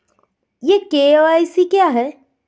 ई KYC क्या है?